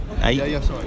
eight